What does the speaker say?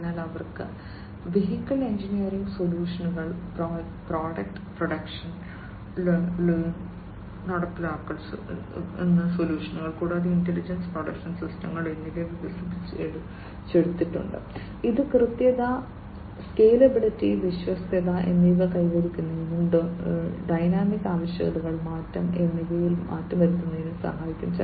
അതിനാൽ അവർക്ക് vehicle engineering സൊല്യൂഷനുകൾ പ്രൊഡക്ട് പ്രൊഡക്ഷൻ ലൈൻ നടപ്പിലാക്കൽ സൊല്യൂഷനുകൾ കൂടാതെ ഇന്റലിജന്റ് പ്രൊഡക്ഷൻ സിസ്റ്റങ്ങൾ എന്നിവ അവർ വികസിപ്പിച്ചെടുത്തിട്ടുണ്ട് ഇത് കൃത്യത സ്കേലബിളിറ്റി വിശ്വാസ്യത എന്നിവ കൈവരിക്കുന്നതിനും ഡൈനാമിക് ആവശ്യകതകൾ മാറ്റം എന്നിവയിൽ മാറ്റം വരുത്തുന്നതിനും സഹായിക്കും